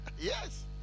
Yes